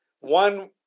one